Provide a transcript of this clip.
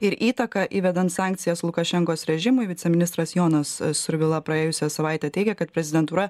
ir įtaką įvedant sankcijas lukašenkos režimui viceministras jonas survila praėjusią savaitę teigė kad prezidentūra